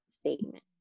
statement